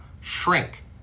shrink